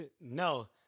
No